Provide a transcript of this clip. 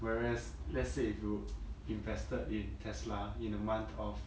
whereas let's say if you invested in tesla in the month of